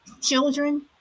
children